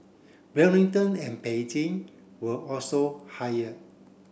Wellington and Beijing were also higher